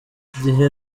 gihe